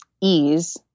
ease